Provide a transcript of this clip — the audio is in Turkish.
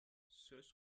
söz